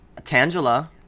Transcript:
Tangela